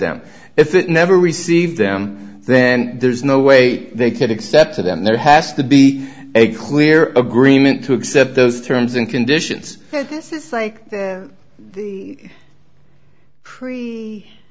them if it never received them then there's no way they could accept to them there has to be a clear agreement to accept those terms and conditions